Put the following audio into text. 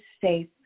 safe